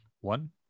one